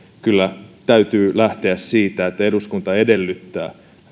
kyllä täytyy lähteä siitä että eduskunta edellyttää